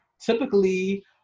typically